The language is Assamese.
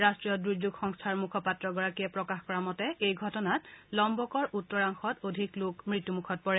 ৰাষ্ট্ৰীয় দুৰ্যোগ সংস্থাৰ মুখপাত্ৰগৰাকীয়ে প্ৰকাশ কৰা মতে এই ঘটনাত লম্বকৰ উত্তৰাংশত অধিক লোক মৃত্যুমুখত পৰে